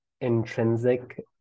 intrinsic